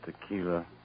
Tequila